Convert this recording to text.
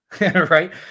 Right